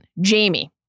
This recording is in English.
Jamie